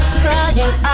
crying